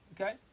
Okay